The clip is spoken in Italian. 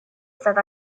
stata